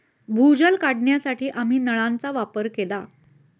भूजल काढण्यासाठी आम्ही नळांचा वापर केला